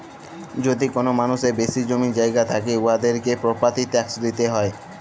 যদি কল মালুসের বেশি জমি জায়গা থ্যাকে উয়াদেরকে পরপার্টি ট্যাকস দিতে হ্যয়